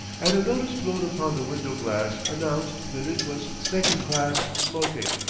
and a notice blown upon the window-glass announced that it was second class smoking.